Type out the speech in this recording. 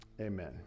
Amen